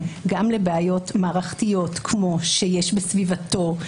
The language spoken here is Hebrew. גם עם בעיות מערכתיות כמו שיש בסביבתו,